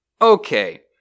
okay